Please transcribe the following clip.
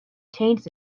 changed